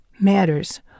matters